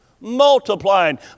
Multiplying